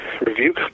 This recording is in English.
review